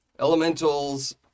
elementals